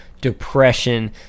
depression